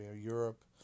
Europe